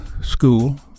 school